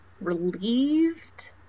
relieved